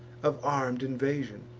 of arm'd invasion,